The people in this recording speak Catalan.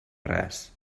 res